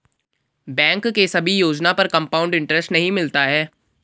bank के सभी योजना पर कंपाउड इन्टरेस्ट नहीं मिलता है